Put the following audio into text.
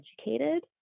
educated